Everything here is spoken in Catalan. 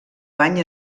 bany